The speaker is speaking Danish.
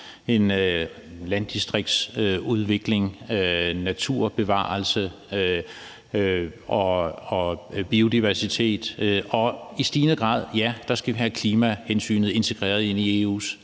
– landdistriktsudvikling, naturbevarelse og biodiversitet – og vi skal i stigende grad have klimahensynet integreret i EU's